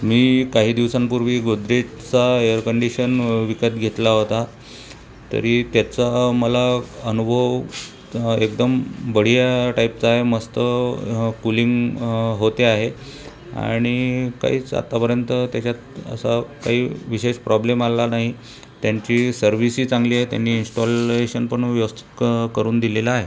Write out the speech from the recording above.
मी काही दिवसांपूर्वी गोदरेजचा एअर कंडिशन विकत घेतला होता तरी त्याचा मला अनुभव एकदम बढिया टाईपचा आहे मस्त कुलिंग होते आहे आणि काहीच आत्तापर्यंत त्याच्यात असा काही विशेष प्रॉब्लेम आला नाही त्यांची सर्व्हिसही चांगली आहे त्यांनी इन्स्टॉलेशन पण व्यवस्थित करून दिलेलं आहे